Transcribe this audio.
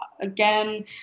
again